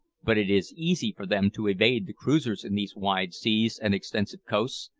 but it is easy for them to evade the cruisers in these wide seas and extensive coasts,